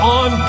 on